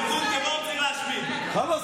איימן, ארגון טרור צריך להשמיד, זה הכול.